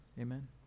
Amen